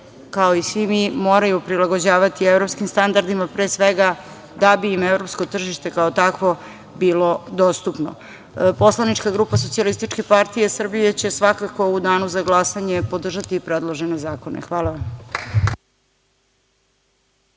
kao i svi mi, moraju prilagođavati evropskim standardima da bi im evropsko tržište, kao takvo, bilo dostupno. Poslanička grupa SPS će svakako u danu za glasanje podržati predložene zakone. Hvala vam.